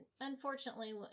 unfortunately